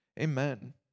Amen